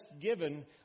given